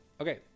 Okay